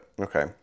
okay